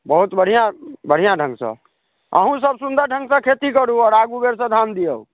बहुत बढ़िआँ बढ़िआँ ढङ्गसँ अहूँ सब सुन्दर ढङ्गसँ खेती करू आओर आगू बेरसँ धान दियौ